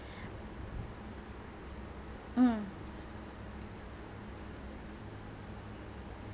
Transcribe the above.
mm